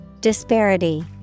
Disparity